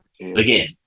Again